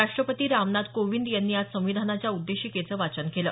राष्ट्रपती रामनाथ कोविंद यांनी आज संविधानाच्या उद्देशिकेचं वाचन केलं